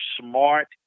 smart